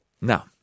Now